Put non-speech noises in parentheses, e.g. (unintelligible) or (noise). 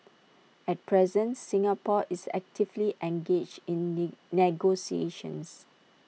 at present Singapore is actively engaged in (unintelligible) negotiations